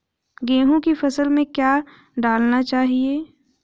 गेहूँ की फसल में क्या क्या डालना चाहिए?